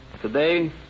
today